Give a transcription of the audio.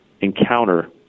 encounter